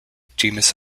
genus